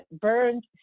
burned